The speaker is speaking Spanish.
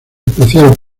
especial